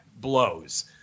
blows